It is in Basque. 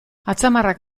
atzamarrak